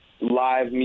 live